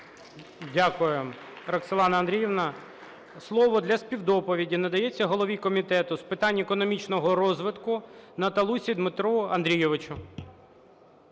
Дякую, Роксолана Андріївна. Слово для співдоповіді надається голові Комітету з питань економічного розвитку Наталусі Дмитру Андрійовичу.